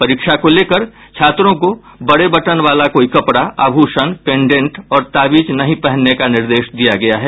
परीक्षा को लेकर छात्रों को बड़े बटन वाला कोई कपड़ा आभूषण पेंडेंट और ताबीज नहीं पहनने का निर्देश दिया गया है